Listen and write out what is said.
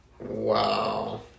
wow